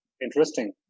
Interesting